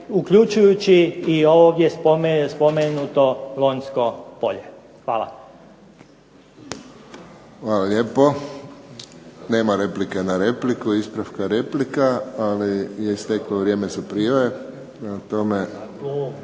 uključujući i ovdje spomenuto Lonjsko polje. Hvala. **Friščić, Josip (HSS)** Hvala lijepo. Nema replike na repliku i ispravka replike ali je isteklo vrijeme za prijave.